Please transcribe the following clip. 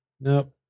Nope